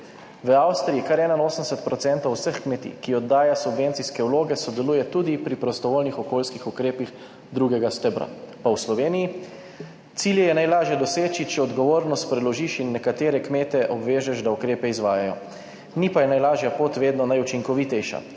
V Avstriji kar 81 % vseh kmetij, ki oddaja subvencijske vloge, sodeluje tudi pri prostovoljnih okoljskih ukrepih drugega stebra. Pa v Sloveniji? Cilje je najlažje doseči, če odgovornost preložiš in nekatere kmete obvežeš, da ukrepe izvajajo. Ni pa je najlažja pot vedno najučinkovitejša.